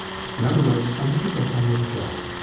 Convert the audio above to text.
in other words, somebody who got on with the job,